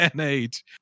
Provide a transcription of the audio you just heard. age